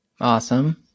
Awesome